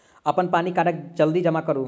अप्पन पानि कार्ड जल्दी जमा करू?